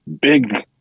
Big